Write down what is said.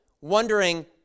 wondering